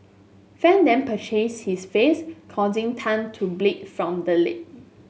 Fan then purchase his face causing Tan to bleed from the lip